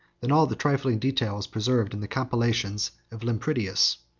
than all the trifling details preserved in the compilation of lampridius.